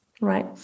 Right